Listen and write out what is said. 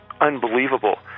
unbelievable